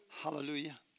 Hallelujah